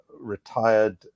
retired